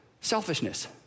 selfishness